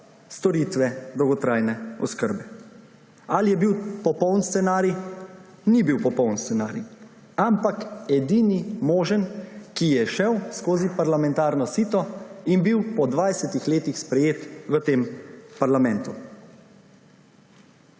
storitve dolgotrajne oskrbe. Ali je bil popoln scenarij? Ni bil popoln scenarij, ampak edini možen, ki je šel skozi parlamentarno sito in bil po dvajsetih letih sprejet v tem parlamentu.